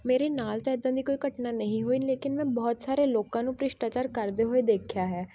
ਮੇਰੇ ਨਾਲ਼ ਤਾਂ ਇੱਦਾਂ ਦੀ ਕੋਈ ਘਟਨਾ ਨਹੀਂ ਹੋਈ ਲੇਕਿਨ ਮੈਂ ਬਹੁਤ ਸਾਰੇ ਲੋਕਾਂ ਨੂੰ ਭ੍ਰਿਸ਼ਟਾਚਾਰ ਕਰਦੇ ਹੋਏ ਦੇਖਿਆ ਹੈ